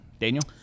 Daniel